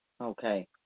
Okay